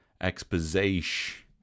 Exposition